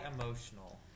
emotional